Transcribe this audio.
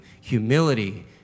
humility